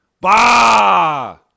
bah